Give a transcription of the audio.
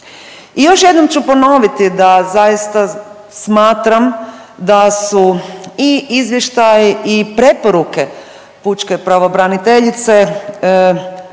I još jednom ću ponoviti da zaista smatram da su i izvještaji i preporuke pučke pravobraniteljice